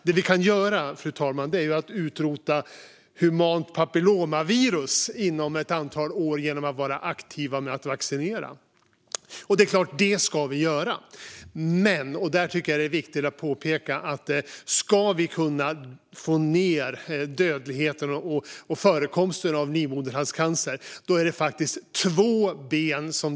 Det vi dock kan göra, fru talman, är att inom ett antal år utrota humant papillomvirus genom att vara aktiva med att vaccinera. Det ska vi självklart göra. Jag tycker dock att det är viktigt att påpeka att möjligheten att få ned dödligheten i och förekomsten av livmoderhalscancer vilar på två ben.